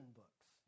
books